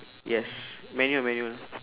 yes manual manual